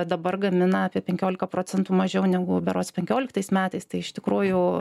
dabar gamina apie penkiolika procentų mažiau negu berods penkioliktais metais tai iš tikrųjų